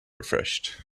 refreshed